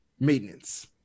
Maintenance